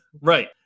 Right